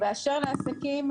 באשר לעסקים,